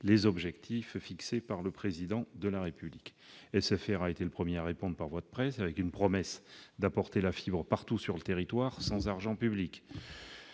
les objectifs fixés par le Président de la République. SFR a été le premier à répondre, par voie de presse, en promettant de déployer la fibre sur tout le territoire sans argent public.